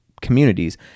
communities